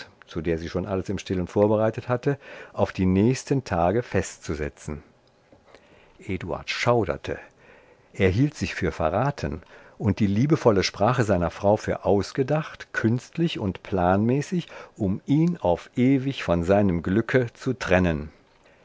zu der sie schon alles im stillen vorbereitet hatte auf die nächsten tage festzusetzen eduard schauderte er hielt sich für verraten und die liebevolle sprache seiner frau für ausgedacht künstlich und planmäßig um ihn auf ewig von seinem glücke zu trennen